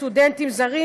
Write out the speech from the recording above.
סטודנטים זרים,